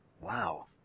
Wow